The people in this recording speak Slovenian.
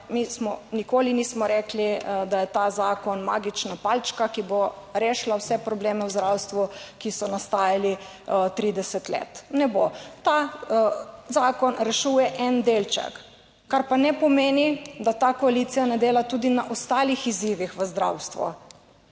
nikoli nismo rekli, da je ta zakon magična palčka, ki bo rešila vse probleme v zdravstvu, ki so nastajali 30 let, ne bo. Ta zakon rešuje en delček, kar pa ne pomeni, da ta koalicija ne dela tudi na ostalih izzivih v zdravstvu.